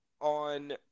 on